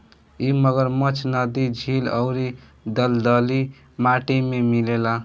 इ मगरमच्छ नदी, झील अउरी दलदली माटी में मिलेला